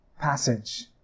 passage